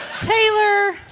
Taylor